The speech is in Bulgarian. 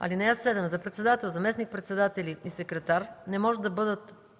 (7) За председател, заместник-председатели и секретар не може да бъдат